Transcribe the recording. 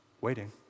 waiting